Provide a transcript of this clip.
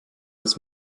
als